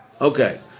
Okay